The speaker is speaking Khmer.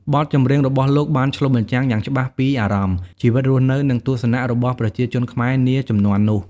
បទចម្រៀងរបស់លោកបានឆ្លុះបញ្ចាំងយ៉ាងច្បាស់ពីអារម្មណ៍ ជីវិតរស់នៅ និងទស្សនៈរបស់ប្រជាជនខ្មែរនាជំនាន់នោះ ។